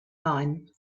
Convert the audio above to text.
line